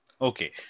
Okay